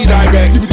direct